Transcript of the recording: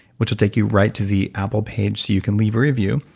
which will take you right to the apple page, so you can leave a review.